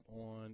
on